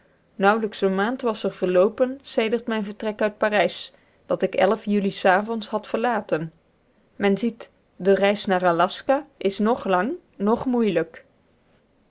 nauwelijks eene maand was er verloopen sedert mijn vertrek uit parijs dat ik jullie s avonds had verlaten men ziet de reis naar aljaska is noch lang noch moeilijk